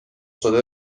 شده